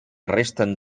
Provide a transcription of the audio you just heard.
resten